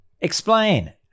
Explain